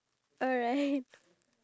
ya and then